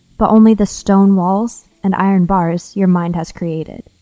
but only the stone walls and iron bars your mind has created.